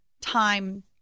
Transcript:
time